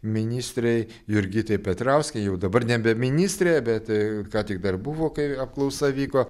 ministrei jurgitai petrauskei jau dabar nebe ministrė bet ką tik dar buvo kai apklausa vyko